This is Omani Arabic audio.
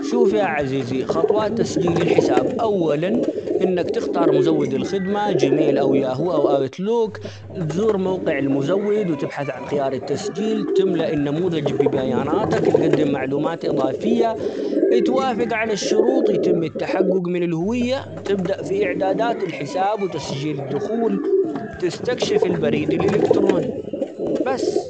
شوف يا عزيزي خطوات تسجيل الحساب أولا إنك تختار مزود الخدمة جيميل ،أو ياهو، أو أوت لوك، تزور موقع المزود ،وتبحث عن خيار التسجيل تملأ النموذج ببياناتك تقدم معلومات اضافية اتوافق على الشريط يتم التحقق من الهوية، تبدأ في إعدادات الحساب وتسجيل الدخول تستكشف البريد الإلكتروني بس.